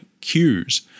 cues